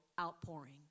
outpouring